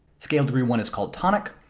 scale degree one is called tonic.